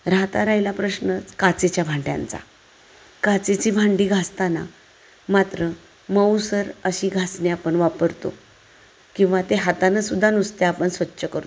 राहता राहिला प्रश्नच काचेच्या भांड्यांचा काचेची भांडी घासताना मात्र मऊसर अशी घासणी आपण वापरतो किंवा ते हातानंसुद्धा नुसते आपण स्वच्छ करतो